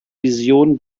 vision